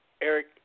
Eric